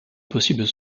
possibles